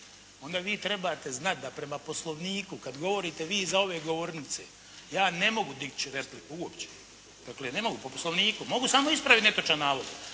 onda vi trebate znati da prema Poslovniku kada govorite vi iza ove govornice, ja ne mogu dići repliku uopće. Dakle ne mogu po Poslovniku, mogu samo ispraviti netočan navod,